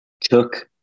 took